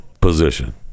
position